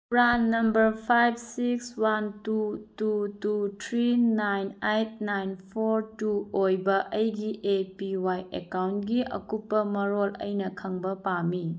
PRAN number five six one two two two three nine eight nine four two ꯑꯣꯏꯕ ꯑꯩꯒꯤ A P Y ꯑꯦꯀꯥꯎꯟꯒꯤ ꯑꯀꯨꯞꯄ ꯃꯔꯣꯜ ꯑꯩꯅ ꯈꯪꯕ ꯄꯥꯝꯃꯤ